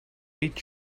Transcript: eat